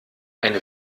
eine